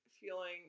feeling